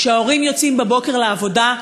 כשההורים יוצאים בבוקר לעבודה,